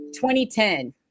2010